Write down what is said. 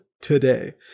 today